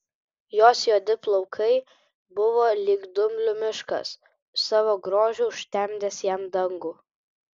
jos juodi plaukai buvo lyg dumblių miškas savo grožiu užtemdęs jam dangų